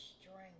strength